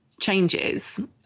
changes